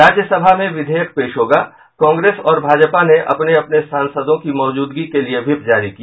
राज्यसभा में विधेयक पेश होगा कांग्रेस और भाजपा ने अपने सांसदों की मौजूदगी के लिये व्हिप जारी किया